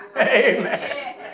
Amen